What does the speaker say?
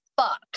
fuck